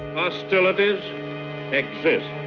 hostilities exist.